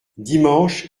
dimanche